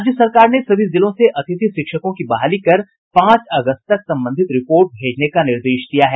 राज्य सरकार ने सभी जिलों से अतिथि शिक्षकों की बहाली कर पांच अगस्त तक संबंधित रिपोर्ट भेजने का निर्देश दिया है